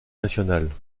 nationale